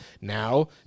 Now